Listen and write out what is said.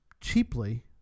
cheaply